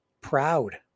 proud